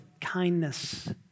kindness